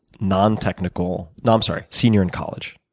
nontechnical no, i'm sorry. senior in college,